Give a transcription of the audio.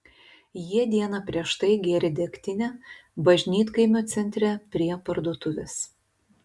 jie dieną prieš tai gėrė degtinę bažnytkaimio centre prie parduotuvės